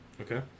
okay